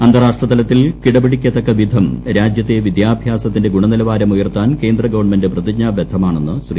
അന്താരാഷ്ട്ര തലത്തിൽ കിടപിടിക്കത്തക്ക വിധം രാജ്യത്തെ വിദ്യാഭ്യാസത്തിന്റെ ഗുണനിലവാരം ഉയർത്താൻ കേന്ദ്രഗവൺമെന്റ് പ്രതിജ്ഞാബദ്ധമാണെന്ന് ശ്രീ